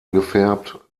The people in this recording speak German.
gefärbt